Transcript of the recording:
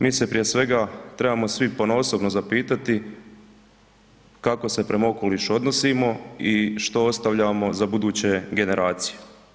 Mi se prije svega trebamo svi ponaosobno zapitati kako se prema okolišu odnosimo i što ostavljamo za buduće generacije?